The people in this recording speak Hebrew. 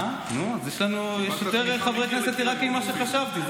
נו, אז יש יותר חברי כנסת עיראקים ממה שחשבתי.